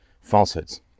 falsehoods